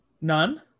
None